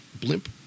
blimp